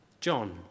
John